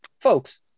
folks